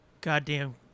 goddamn